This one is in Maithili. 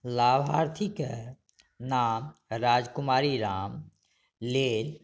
लाभार्थीके नाम राजकुमारी राम लेल